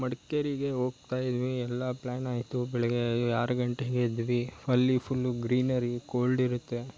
ಮಡಿಕೇರಿಗೆ ಹೋಗ್ತಾಯಿದ್ವಿ ಎಲ್ಲ ಪ್ಲಾನಾಯಿತು ಬೆಳಗ್ಗೆ ಆರು ಗಂಟೆಗೆ ಎದ್ವಿ ಅಲ್ಲಿ ಫುಲ್ಲು ಗ್ರೀನರಿ ಕೋಲ್ಡ್ ಇರುತ್ತೆ